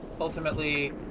Ultimately